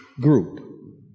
group